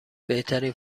بهترین